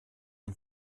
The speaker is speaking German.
und